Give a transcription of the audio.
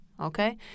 okay